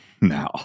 now